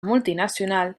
multinacional